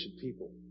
people